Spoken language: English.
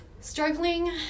struggling